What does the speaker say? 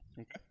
Okay